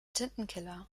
tintenkiller